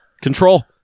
Control